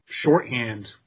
shorthand